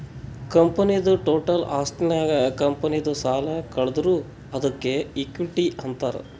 ಕಂಪನಿದು ಟೋಟಲ್ ಆಸ್ತಿನಾಗ್ ಕಂಪನಿದು ಸಾಲ ಕಳದುರ್ ಅದ್ಕೆ ಇಕ್ವಿಟಿ ಅಂತಾರ್